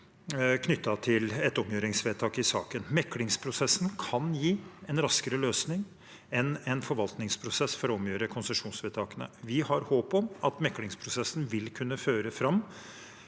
knyttet til et omgjøringsvedtak i saken. Meklingsprosessen kan gi en raskere løsning enn en forvaltningsprosess for å omgjøre konsesjonsvedtakene. Vi har håp om at meklingsprosessen vil kunne føre fram